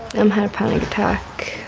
and had a panic attack